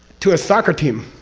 to a soccer team,